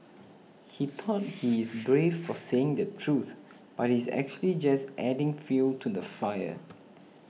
he thought he is brave for saying the truth but he's actually just adding fuel to the fire